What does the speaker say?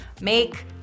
make